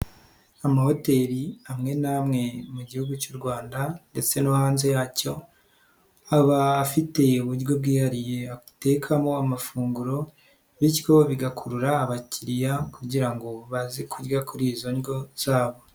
Amahoteli amwe n'amwe mu gihugu cy'u Rwanda ndetse no hanze yacyo, aba afite uburyo bwihariye atekamo amafunguro, bityo bigakurura abakiriya kugira ngo baze kurya kuri izo ndyo zabo.